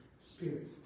spirit